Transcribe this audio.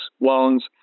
loans